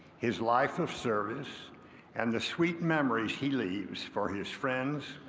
his life of service and the sweet memories he leaves for his friends,